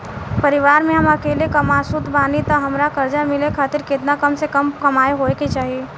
परिवार में हम अकेले कमासुत बानी त हमरा कर्जा मिले खातिर केतना कम से कम कमाई होए के चाही?